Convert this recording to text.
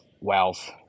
wealth